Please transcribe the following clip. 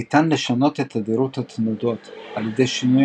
ניתן לשנות את תדירות התנודות על ידי שינוי